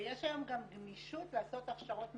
ויש היום גם גמישות לעשות הכשרות מקצועיות,